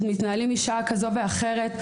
מתנהלים משעה כזו ואחרת,